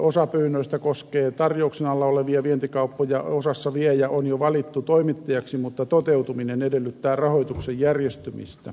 osa pyynnöistä koskee tarjouksen alla olevia vientikauppoja osassa viejä on jo valittu toimittajaksi mutta toteutuminen edellyttää rahoituksen järjestymistä